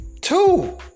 two